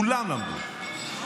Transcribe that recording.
כולם למדו.